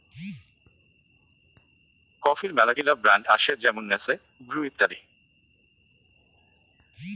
কফির মেলাগিলা ব্র্যান্ড আসে যেমন নেসলে, ব্রু ইত্যাদি